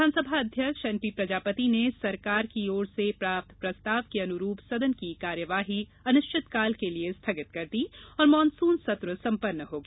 विधानसभा अध्यक्ष एनपी प्रजापति ने सरकार की ओर से प्राप्त प्रस्ताव के अनुरूप सदन की कार्यवाही अनिश्चित काल के लिए स्थगित कर दी और मानसुन सत्र संपन्न हो गया